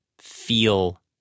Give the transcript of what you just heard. feel